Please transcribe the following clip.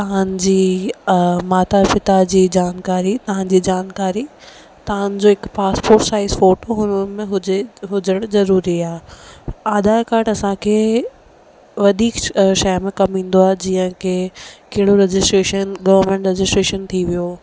तव्हांजी अ माता पिता जी जानकारी तव्हांजी जानकारी तव्हांजो हिकु पासपोर्ट साइज़ फोटो हुनमें हुजे हुजण जरूरी आहे आधार कार्ड असांखे वधीक अ शइ में कमु ईंदो आहे जीअं की कहिड़ो रजिस्ट्रेशन गवर्मेंट रजिस्ट्रेशन थी वियो